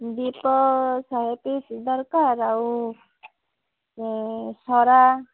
ଦୀପ ଶହେ ପିସ୍ ଦରକାର ଆଉ ସରା